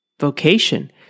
vocation